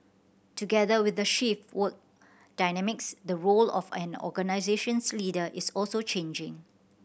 together with the shift work dynamics the role of an organisation's leader is also changing